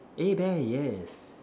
a bear yes